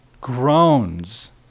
groans